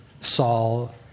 Saul